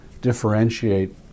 differentiate